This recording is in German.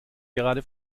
gerade